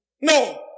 No